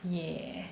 yeah